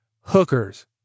hookers